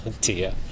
Dear